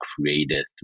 created